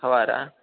favour